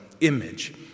image